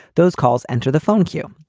those calls enter the phone queue.